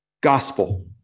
gospel